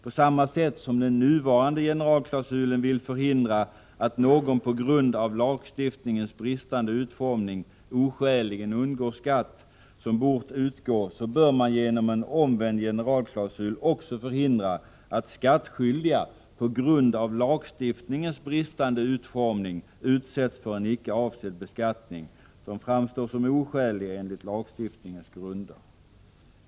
På samma sätt som den nuvarande generalklausulen vill förhindra att någon på grund av lagstiftningens bristande utformning oskäligen undgår en skatt som bort utgå, bör man genom en omvänd generalklausul också förhindra att skattskyldiga på grund av lagstiftningens bristande utformning utsätts för en icke avsedd beskattning, som framstår som oskälig enligt lagstiftningens grunder.